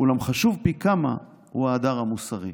"אולם חשוב פי כמה הוא ה'הדר' המוסרי.